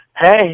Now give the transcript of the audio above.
Hey